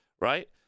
right